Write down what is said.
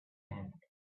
end